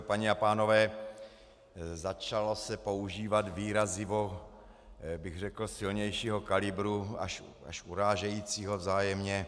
Paní a pánové, začalo se používat výrazivo, bych řekl, silnějšího kalibru, až urážejícího vzájemně.